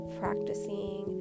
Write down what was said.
practicing